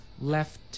left